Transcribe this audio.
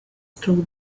through